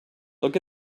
look